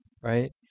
right